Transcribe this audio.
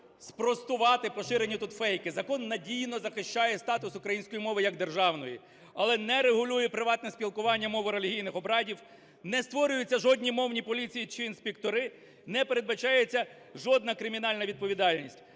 спростувати поширені тут фейки. Закон надійно захищає статус української мови як державної, але не регулює приватне спілкування мови релігійних обрядів, не створюються жодні мовні поліції чи інспектори, не передбачається жодна кримінальна відповідальність.